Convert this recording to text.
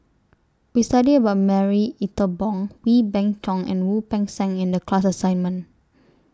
We studied about Marie Ethel Bong Wee Beng Chong and Wu Peng Seng in The class assignment